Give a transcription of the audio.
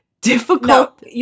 Difficult